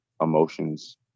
emotions